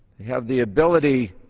have the ability